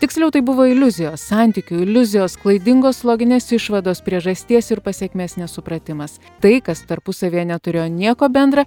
tiksliau tai buvo iliuzijos santykių iliuzijos klaidingos loginės išvados priežasties ir pasekmės nesupratimas tai kas tarpusavyje neturėjo nieko bendra